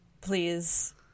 please